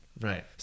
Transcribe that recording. Right